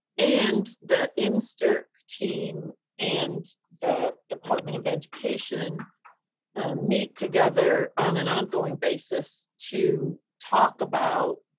and the instrc team and the department of education meet together on an ongoing basis to talk about